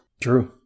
True